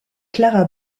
klara